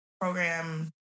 program